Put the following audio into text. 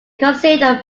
conceived